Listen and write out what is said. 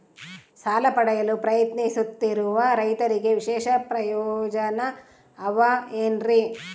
ಸಾಲ ಪಡೆಯಲು ಪ್ರಯತ್ನಿಸುತ್ತಿರುವ ರೈತರಿಗೆ ವಿಶೇಷ ಪ್ರಯೋಜನ ಅವ ಏನ್ರಿ?